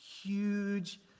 huge